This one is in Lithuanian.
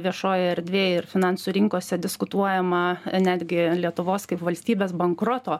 viešojoj erdvėj ir finansų rinkose diskutuojama netgi lietuvos kaip valstybės bankroto